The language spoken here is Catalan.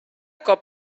cop